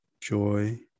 joy